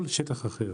כל שטח אחר.